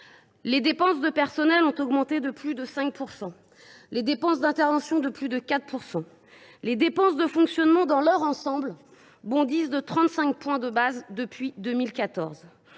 Les dépenses de personnel ont augmenté de plus de 5 %, les dépenses d’intervention de plus de 4 %. Les dépenses de fonctionnement dans leur ensemble ont bondi de 35 points de base depuis 2014.